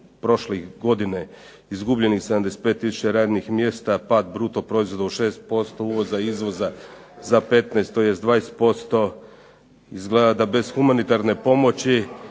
prošle godine izgubljenih 75000 radnih mjesta, pad bruto proizvoda od 6%, uvoza, izvoza za 15 tj. 20% izgleda da bez humanitarne pomoći